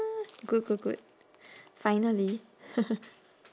good good good finally